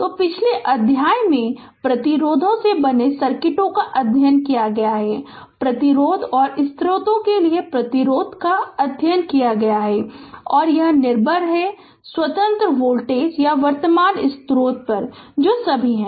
तो पिछले अध्याय में प्रतिरोधों से बने सर्किटों का अध्ययन किया है प्रतिरोध और स्रोततो के लिए प्रतिरोध का अध्ययन किया है और निर्भर हैं या स्वतंत्र वोल्टेज हैं या वर्तमान स्रोत हैं जो सभी हैं